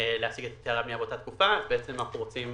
להשיג תב"ע מאותה תקופה ואנחנו רוצים